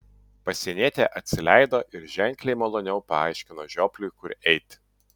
pasienietė atsileido ir ženkliai maloniau paaiškino žiopliui kur eiti